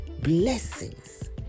blessings